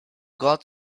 got